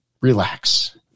relax